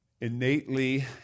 innately